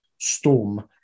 storm